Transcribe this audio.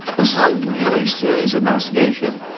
this is a really serious investigation.